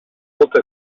molta